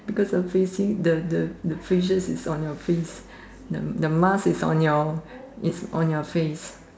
because obviously the the the is on your face the the mask is on your is on your face